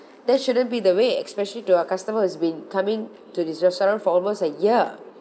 that shouldn't be the way especially to a customer who's been coming to this restaurant for almost a year